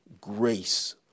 grace